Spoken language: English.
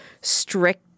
strict